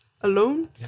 alone